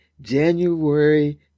January